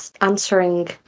answering